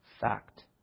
fact